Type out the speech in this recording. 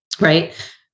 Right